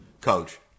Coach